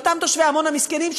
לאותם תושבי עמונה המסכנים,